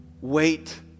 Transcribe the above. Wait